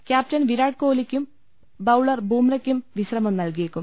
captain Virat കോഹ്ലിക്കും bowler ബൂമ്രക്കും വിശ്രമം നൽകിയേക്കും